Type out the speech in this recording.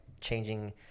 changing